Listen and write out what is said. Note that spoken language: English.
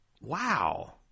wow